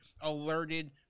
alerted